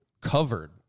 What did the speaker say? covered